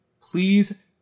please